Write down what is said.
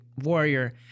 warrior